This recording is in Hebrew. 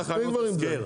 אז עזוב את זה נו באמת.